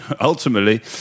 ultimately